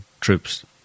troops